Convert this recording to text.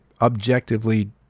objectively